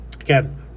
Again